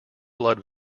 blood